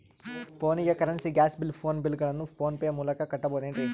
ಫೋನಿಗೆ currency, gas bill, phone bill ಗಳನ್ನು PhonePe ಮೂಲಕ ಕಟ್ಟಬಹುದೇನ್ರಿ?